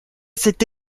cette